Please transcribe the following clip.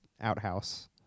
outhouse